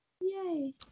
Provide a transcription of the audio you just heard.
Yay